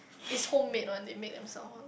is homemade one they made themself one